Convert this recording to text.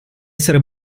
essere